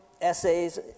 essays